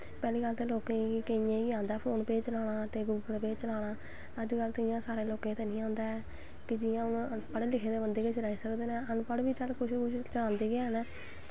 पैह्ली गल्ल ते लोकें गी केईयें गी आंदा फोन पे गुगल पे चलाना अज्ज कल ते इ'यां सारें लोकें गी ते निं औंदा ऐ ते जि'यां हून पढ़े लिखे दे गै चलाई सकदे न अनपढ़ बी चल कुश कुश चलांदे गै न